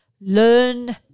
Learn